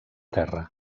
terra